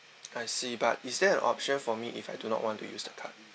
I see but is there an option for me if I do not want to use the card